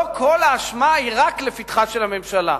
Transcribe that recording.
לא כל האשמה היא רק לפתחה של הממשלה.